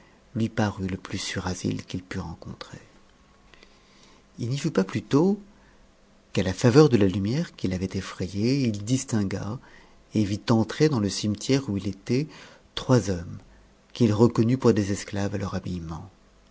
lui parut le plus sûr asile qu'il pût rencontrer uu'y fut pas plutôt qu'à la faveur de la lumière qui l'avait etfrayc il distingua et vit entrer dans le cimetière où il était trois hommes qu'il reconnut pour des esclaves à leur habillement